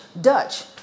Dutch